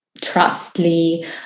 Trustly